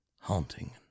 haunting